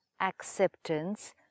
acceptance